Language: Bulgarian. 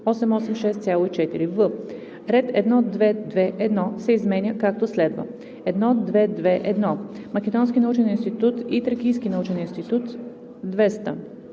886,4“. в) ред 1.2.2.1. се изменя както следва : „1.2.2.1. Македонски научен институт и Тракийски научен институт 200,00“